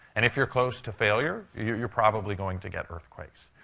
and if you're close to failure, you're you're probably going to get earthquakes.